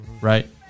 right